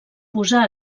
posar